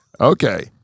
Okay